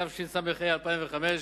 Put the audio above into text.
התשס"ה 2005,